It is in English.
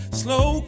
slow